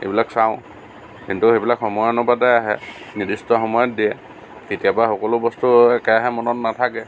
এইবিলাক চাওঁ কিন্তু সেইবিলাক সময় অনুপাতে আহে নিৰ্দিষ্ট সময়ত দিয়ে কেতিয়াবা সকলো বস্তু একেৰাহে মনত নাথাকে